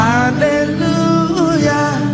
Hallelujah